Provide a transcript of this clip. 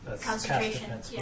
Concentration